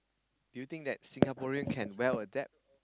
do you think that Singaporean can well adapt